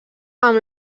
amb